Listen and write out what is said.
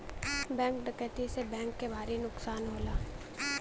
bank डकैती से bank के भारी नुकसान होला